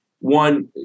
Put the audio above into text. one